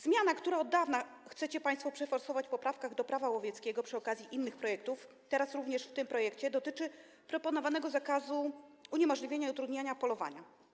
Zmiana, którą od dawna chcecie państwo przeforsować w poprawkach do Prawa łowieckiego przy okazji innych projektów, a teraz również w tym projekcie, dotyczy proponowanego zakazu uniemożliwiania i utrudniania polowania.